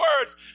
words